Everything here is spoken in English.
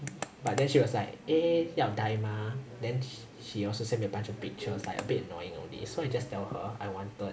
but then she was like eh 要 dye 吗 then she also sent me a bunch of pictures like a bit annoying only so I just tell her I wanted